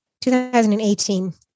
2018